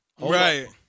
right